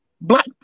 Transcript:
Black